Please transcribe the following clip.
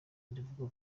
iravuga